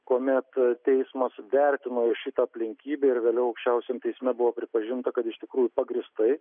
kuomet teismas vertino šitą aplinkybę ir vėliau aukščiausiajam teisme buvo pripažinta kad iš tikrųjų pagrįstai